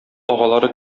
агалары